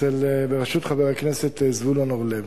בראשות חבר הכנסת זבולון אורלב.